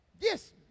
Yes